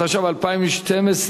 התשע"ב 2012,